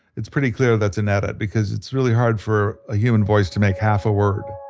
it's pretty clear that's an edit because it's really hard for a human voice to make half a word